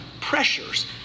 pressures